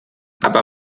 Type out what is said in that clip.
aber